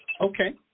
Okay